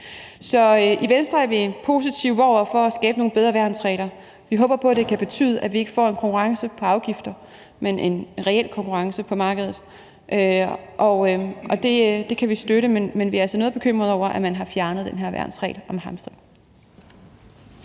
Så i Venstre er vi positive over for at skabe nogle bedre værnsregler, og vi håber på, at det kan betyde, at vi ikke får en konkurrence på afgifter, men en reel konkurrence på markedet, og det kan vi støtte. Men vi er altså noget bekymrede over, at man har fjernet den her værnsregel om hamstring.